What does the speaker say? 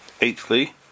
Eighthly